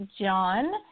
John